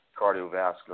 cardiovascular